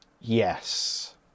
Yes